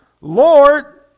Lord